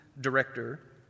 director